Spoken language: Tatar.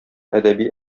әдәби